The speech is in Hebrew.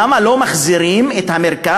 למה לא מחזירים את המרכז,